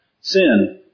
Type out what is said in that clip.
sin